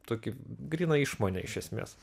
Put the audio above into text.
tokį gryną išmonę iš esmės